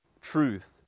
truth